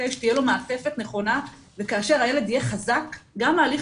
שתהיה לו מעטפת נכונה וכאשר הילד יהיה חזק גם ההליך